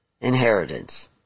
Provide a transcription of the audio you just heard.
inheritance